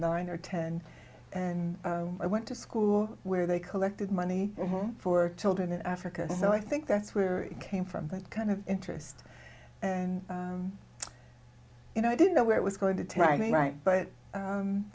nine or ten and i went to school where they collected money for children in africa so i think that's where it came from that kind of interest and you know i didn't know where it was going to try to write but